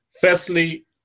Firstly